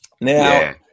Now